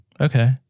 Okay